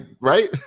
right